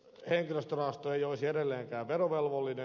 henkilöstörahasto ei olisi edelleenkään verovelvollinen